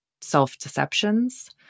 self-deceptions